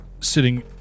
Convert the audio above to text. sitting